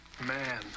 Man